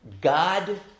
God